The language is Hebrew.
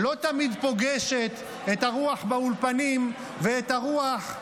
לא תמיד פוגשת את הרוח באולפנים ואת הרוח,